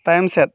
ᱛᱟᱭᱚᱢ ᱥᱮᱫ